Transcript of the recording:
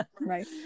right